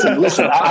Listen